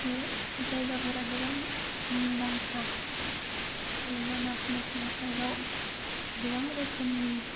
बे जायगाफोरा गोबां मुंदांखा जेरै मानास नेशनेल पार्क आव गोबां रोखोमनि